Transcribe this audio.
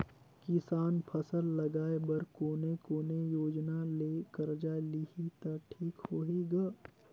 किसान फसल लगाय बर कोने कोने योजना ले कर्जा लिही त ठीक होही ग?